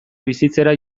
bizitzera